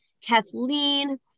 Kathleen